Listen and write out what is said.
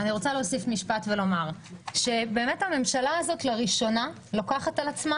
אני רוצה להוסיף משפט ולומר שהממשלה הזאת לראשונה לוקחת על עצמה